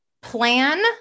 plan